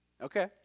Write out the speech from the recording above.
Okay